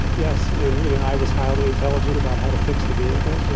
yes and you know, i was highly intelligent about how to fix the vehicles. you